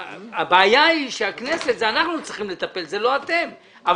הבעיה היא שבכנסת אנחנו צריכים לטפל ולא אתם אבל